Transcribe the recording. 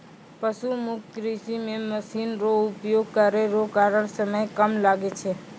पशु मुक्त कृषि मे मशीन रो उपयोग करै रो कारण समय कम लागै छै